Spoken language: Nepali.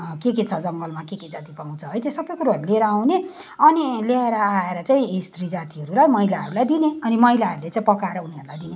के के छ जङ्गलमा के के जाति पाउँछ है त्यो सबै कुरोहरू लिएर आउने अनि लिएर आएर चाहिँ स्त्री जातिहरू र महिलाहरूलाई दिने अनि महिलाहरूले चाहिँ पकाएर उनीहरूलाई दिने